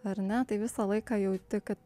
ar ne tai visą laiką jauti kad